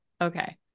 Okay